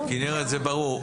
כנרת, זה ברור.